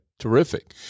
Terrific